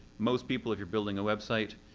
most people, if you're building a website,